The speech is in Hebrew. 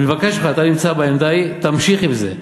אני מבקש ממך, אתה נמצא בעמדה ההיא, תמשיך עם זה.